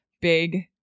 big